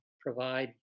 provide